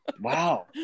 Wow